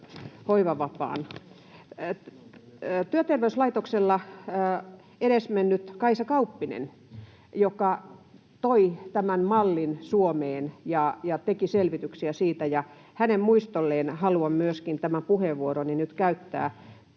Työterveyslaitoksella toimi edesmennyt Kaisa Kauppinen, joka toi tämän mallin Suomeen ja teki selvityksiä siitä, ja hänen muistolleen haluan myöskin tämän puheenvuoroni nyt käyttää.